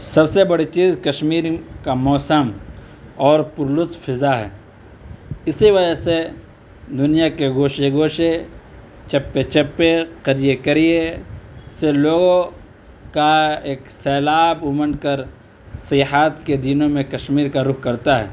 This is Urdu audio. سب سے بڑی چیز کشمیر کا موسم اور پرلطف فضا ہے اسی وجہ سے دنیا کے گوشے گوشے چپے چپے قریے قریے سے لوگ کا ایک سیلاب امڈ کر سیحات کے دنوں میں کشمیر کا رخ کرتا ہے